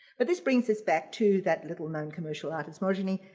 but this brings us back to that little-known commercial artist mojini,